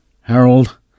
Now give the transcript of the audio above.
Harold